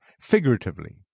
figuratively